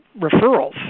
referrals